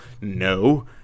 No